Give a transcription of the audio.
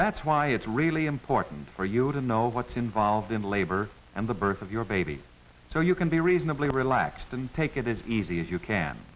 that's why it's really important for you to know what's involved in labor and the birth of your baby so you can be reasonably relaxed and take it is easy as you can